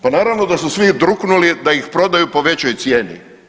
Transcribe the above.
Pa naravno da su svi druknuli da ih prodaju po većoj cijeni.